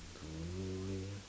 don't know leh